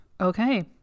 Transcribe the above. okay